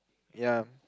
ya